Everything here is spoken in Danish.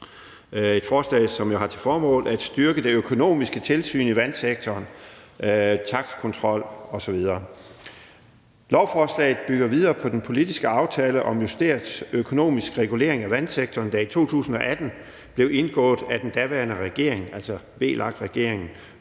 et forslag, som jo har til formål at styrke det økonomiske tilsyn, takstkontrol osv. i vandsektoren. Lovforslaget bygger videre på den politiske aftale om justeret økonomisk regulering af vandsektoren, der i 2018 blev indgået af den daværende regering, altså VLAK-regeringen,